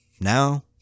Now